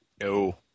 No